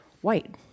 white